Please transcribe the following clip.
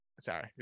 Sorry